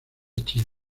chile